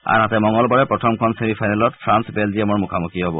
আনহাতে মঙলবাৰে প্ৰথমখন চেমিফাইনেলত ফ্ৰাল বেলজিয়ামৰ মুখামুখি হব